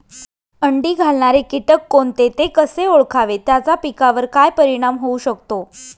अंडी घालणारे किटक कोणते, ते कसे ओळखावे त्याचा पिकावर काय परिणाम होऊ शकतो?